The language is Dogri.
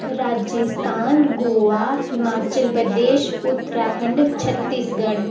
राजस्थान गोआ हिमाचल प्रदेश उत्तराखंड छतसीगढ़